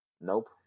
Nope